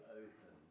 open